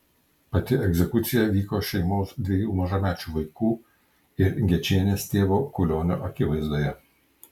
pati egzekucija vyko šeimos dviejų mažamečių vaikų ir gečienės tėvo kulionio akivaizdoje